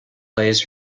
lays